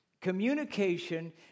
Communication